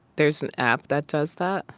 there's an app that does that?